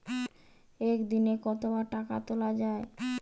একদিনে কতবার টাকা তোলা য়ায়?